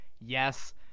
Yes